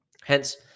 Hence